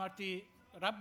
אמרתי: רבאק,